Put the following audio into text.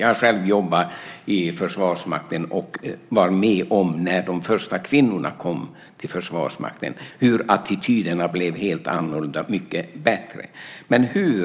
Jag har själv jobbat i Försvarsmakten, och jag var med om när de första kvinnorna kom till Försvarsmakten och såg hur attityderna blev helt annorlunda och mycket bättre.